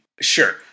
sure